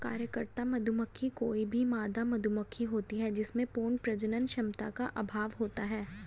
कार्यकर्ता मधुमक्खी कोई भी मादा मधुमक्खी होती है जिसमें पूर्ण प्रजनन क्षमता का अभाव होता है